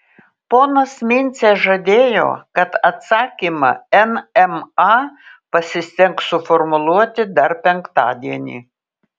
ponas mincė žadėjo kad atsakymą nma pasistengs suformuluoti dar penktadienį